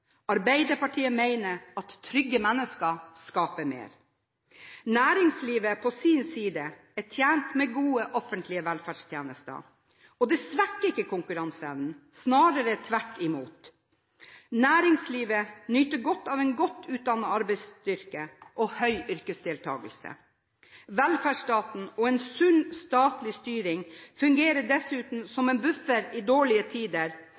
Arbeiderpartiet mener at trygge mennesker skaper mer. Næringslivet på sin side er tjent med gode offentlige velferdstjenester. Og det svekker ikke konkurranseevnen, snarere tvert imot. Næringslivet nyter godt av en godt utdannet arbeidsstyrke og høy yrkesdeltakelse. Velferdsstaten og en sunn statlig styring fungerer dessuten som en buffer i dårlige tider,